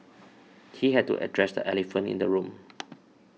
he had to address the elephant in the room